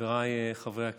חבריי חברי הכנסת,